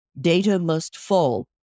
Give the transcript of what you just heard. DataMustFall